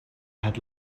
had